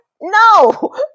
No